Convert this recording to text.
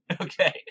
Okay